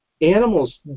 animals